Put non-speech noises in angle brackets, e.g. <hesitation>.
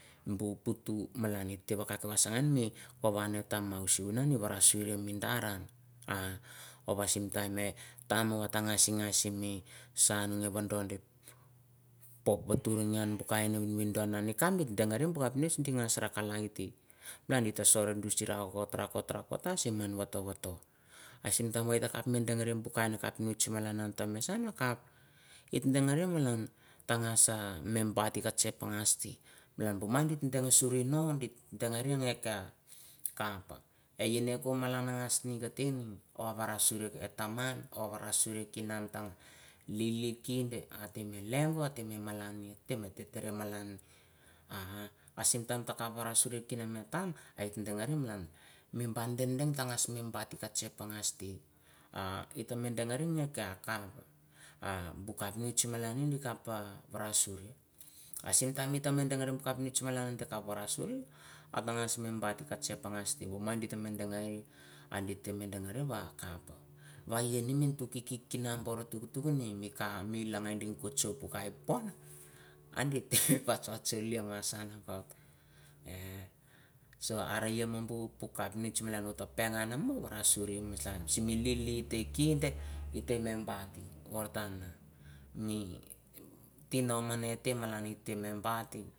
Buh puhtuh malan hita teh waka wasah gan mi wahwa net ha mau shun nan hu gorah meh sureh mi mandarr, ha, wah simitime meh time wah ta gash, singai simi sanh ghe whe doh doh. Popo churrageh buh ah vindoh nah nik cam mit dangareh capnist dih gash kalai teh. Ah gitoh sorh buh surr rakot, rakot, rakot, rakot, simmahn huteh wohtoh, ah simtime wha ta kaph manneh dangareh buh kah kain capnist malanah tah messonah, kaph. Hita dangereh tungasha membah tik check gosh teh malan buh mang git dang ashureh noh, giteh dangereh geh kaph. Ah hi neh kap ha malan gash nih teh o'wara shureh atah mahn o'wara sureh kin ah tah, lili kindeh ateh meh leiuhoh ateh malaneh hutereh malanah ah ah simtime tah kaph wara sureh khin nah tam, ah dangereh malan. Mi bah teh dang tah gash mi bah tik gash check gash teh, ah hita meh dangereh geh ciah yah kaph, ah buh capnist malaneh, ah kaph ah warasureh. Ah simtime gita meh dangereh buh capnist malan tah kaph warasureh, atah gash meh bat tik ah check gash teh buh mind giteh beh dangereh, ah gite beh dangereh wah kaph, wai yainah, tutuh kik, kik, toro tuguh, tuguh nih mi cah, mi lagai deng oh chok, chai phong. Ah giteh, <noise> ha. ha. ha patch, patch sanah. <hesitation> So arahi neh buh puk capnist malan pangan warawureh simi lili teh kindideh hiteh meh bakih, wartah mi tinoh manteh malaneh bah tik